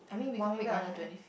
one week right